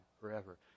forever